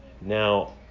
Now